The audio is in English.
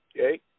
okay